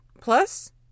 plus